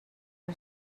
are